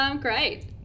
Great